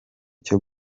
cyo